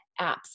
apps